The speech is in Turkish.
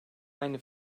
aynı